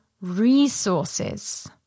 resources